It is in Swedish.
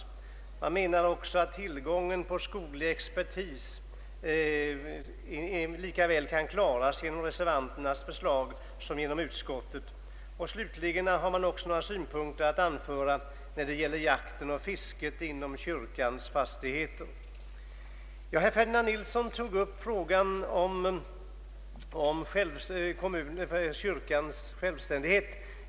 Vidare skulle enligt reservanterna tillgången till skoglig expertis lika väl kunna klaras genom reservanternas förslag som genom utskot tets. Slutligen har reservanterna också några synpunkter att anföra när det gäller jakten och fisket inom kyrkans fastigheter. Herr Ferdinand Nilsson tog upp frågan om kyrkans självständighet.